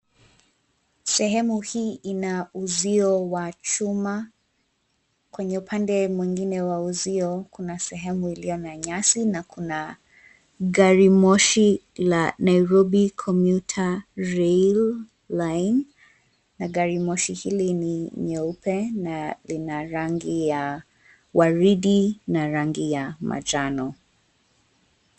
Sehemu hii ina uzio wa chuma. Kwenye upande mwingine wa uzio kuna sehemu iliyo na nyasi na kuna garimoshi la Nairobi Commutor Railine na garimoshi hili ni nyeupe na lina rangi ya waridi na rangi ya manjano.